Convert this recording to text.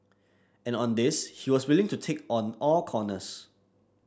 and on this he was willing to take on all comers